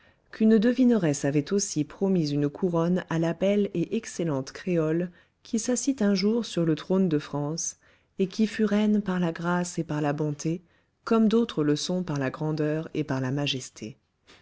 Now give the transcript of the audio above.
qu'une devineresse avait aussi promis une couronne à la belle et excellente créole qui s'assit un jour sur le trône de france et qui fut reine par la grâce et par la bonté comme d'autres le sont par la grandeur et par la majesté